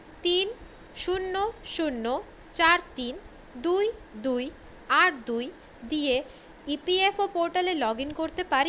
তিন শূন্য শূন্য চার তিন দুই দুই আট দুই দিয়ে ইপিএফও পোর্টালে লগ ইন করতে পারি